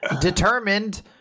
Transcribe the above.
Determined